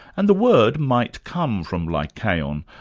and the word might come from lycaon,